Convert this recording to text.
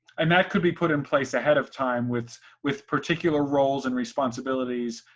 and that could be put in place ahead of time with with particular roles and responsibilities,